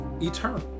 eternal